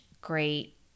great